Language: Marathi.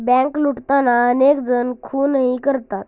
बँक लुटताना अनेक जण खूनही करतात